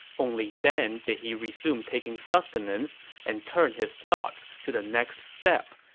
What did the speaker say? only then did he resume taking sustenance and turn his thoughts to the next step,